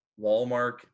Walmart